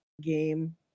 game